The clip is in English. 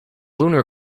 lunar